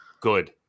good